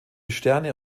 sterne